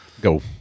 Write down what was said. go